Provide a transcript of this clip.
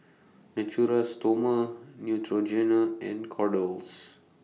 Natura Stoma Neutrogena and Kordel's